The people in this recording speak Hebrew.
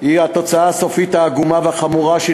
היא התוצאה הסופית העגומה והחמורה של